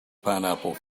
pineapple